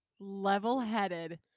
level-headed